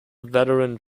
veteran